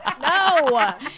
No